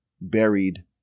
buried